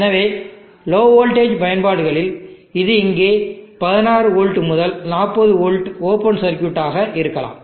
எனவே low voltage பயன்பாடுகளில் இது இங்கே 16 வோல்ட் முதல் 40 வோல்ட் ஓபன் சர்க்யூட் ஆக இருக்கலாம்